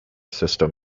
system